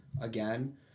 again